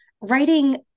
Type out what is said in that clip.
writing